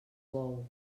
bou